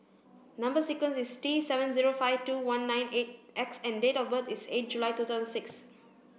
number sequence is T seven zero five two one nine eight X and date of birth is eight July two thousand six